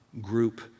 group